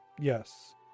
yes